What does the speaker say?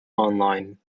online